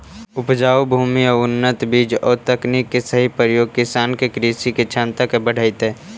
उपजाऊ भूमि आउ उन्नत बीज आउ तकनीक के सही प्रयोग किसान के कृषि क्षमता के बढ़ऽतइ